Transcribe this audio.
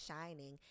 shining